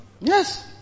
yes